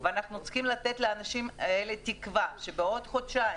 ואנחנו צריכים לתת לאנשים האלה תקווה שבעוד חודשים,